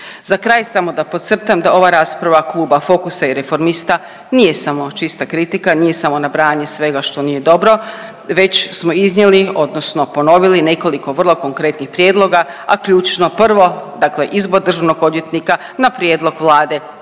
Za kraj samo da podcrtam da ova rasprava kluba FOKUS-a i Reformista nije samo čista kritika, nije samo nabrajanje svega što nije dobro već smo iznijeli, odnosno ponovili nekoliko vrlo konkretnih prijedloga, a ključno prvo, dakle izbor državnog odvjetnika na prijedlog Vlade